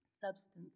substance